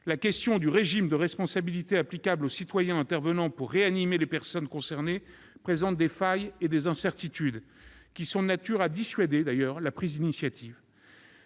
La question du régime de responsabilité applicable aux citoyens intervenant pour réanimer les personnes concernées présente des failles et des incertitudes, qui sont de nature à dissuader la prise d'initiative.